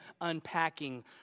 unpacking